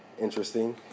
Interesting